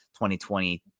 2020